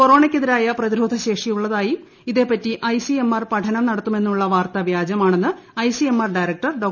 കൊറോണയ്ക്കെതിരായ പ്രതിരോധ ശേഷിയുള്ളതായും ഇതേപ്പറ്റി ഐസിഎംആർ പഠനം നടത്തുമെന്നുള്ള പ്രവാർത്ത വ്യാജമാണെന്ന് ഐസിഎംആർ ഡയറക്ടർ ഡോ